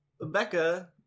Becca